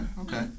okay